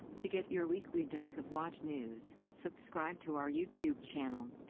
to get your weekly dose of watch news, subscribe to our youtube channel.